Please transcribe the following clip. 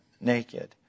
naked